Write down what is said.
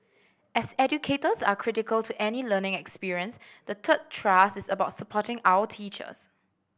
as educators are critical to any learning experience the third thrust is about supporting our teachers